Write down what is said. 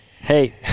Hey